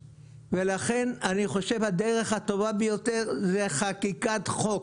ולכן אני חושב שהדרך הטובה ביותר היא חקיקת חוק.